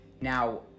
Now